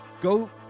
Go